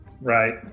Right